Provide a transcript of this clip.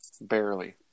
Barely